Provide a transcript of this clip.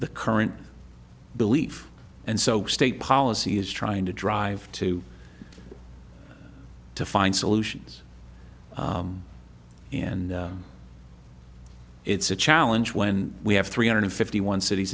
the current belief and so state policy is trying to drive to to find solutions and it's a challenge when we have three hundred fifty one cities